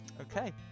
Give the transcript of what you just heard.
Okay